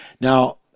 Now